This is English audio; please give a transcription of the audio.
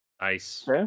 Nice